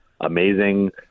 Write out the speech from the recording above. amazing